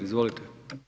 Izvolite.